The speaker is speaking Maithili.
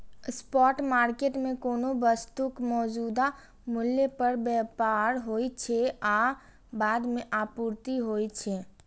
स्पॉट मार्केट मे कोनो वस्तुक मौजूदा मूल्य पर व्यापार होइ छै आ बाद मे आपूर्ति होइ छै